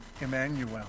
Emmanuel